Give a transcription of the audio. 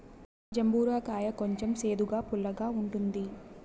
జంబూర కాయ కొంచెం సేదుగా, పుల్లగా ఉంటుంది